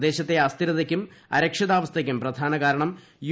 പ്രദേശത്തെ അസ്ഥിരതയ്ക്കും അരക്ഷിതാ വസ്ഥയ്ക്കും പ്രധാന കാരണം യു